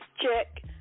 check